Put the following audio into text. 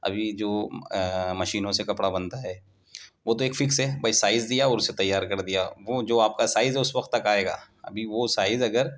ابھی جو مشینوں سے کپڑا بنتا ہے وہ تو ایک فکس ہے بھائی سائز دیا اور اسے تیار کر دیا وہ جو آپ کا سائز ہے اس وقت تک آئے گا ابھی وہ سائز اگر